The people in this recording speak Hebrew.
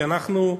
כי אנחנו,